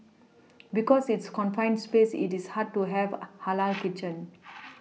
because it's confined space it is hard to have halal kitchen